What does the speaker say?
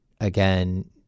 again